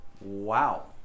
Wow